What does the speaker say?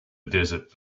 desert